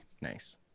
Nice